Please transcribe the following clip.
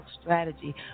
strategy